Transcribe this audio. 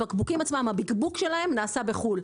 הבקבוקים עצמם הביקבוק שלהם נעשה בחו"ל,